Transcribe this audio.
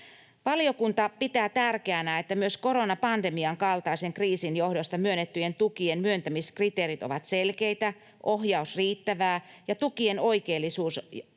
Valiokunta pitää tärkeänä, että myös koronapandemian kaltaisen kriisin johdosta myönnettyjen tukien myöntämiskriteerit ovat selkeitä, ohjaus riittävää ja tukien oikeellisuus ja